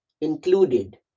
included